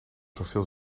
zoveel